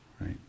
right